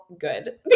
good